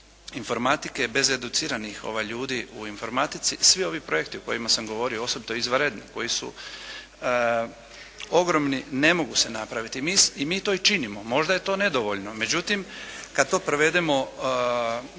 informatike, bez educiranih ljudi u informatici, svi ovi projekti o kojima sam govorio, osobito izvanredni, koji su ogromni, ne mogu se napraviti i mi to i činimo, možda je to nedovoljno. Međutim kada to prevedemo